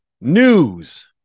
news